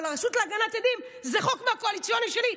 אבל הרשות להגנת עדים זה חוק קואליציוני שלי.